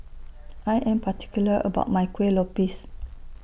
I Am particular about My Kueh Lopes